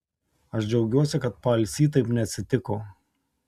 aš džiaugiuosi kad paalsy taip neatsitiko